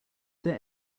there